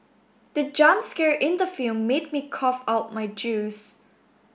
the jump scare in the film made me cough out my juice